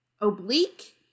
oblique